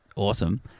Awesome